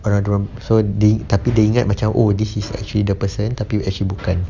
orang clone so they tapi dia ingat macam oh this is actually the person tapi actually bukan